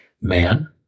man